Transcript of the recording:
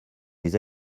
les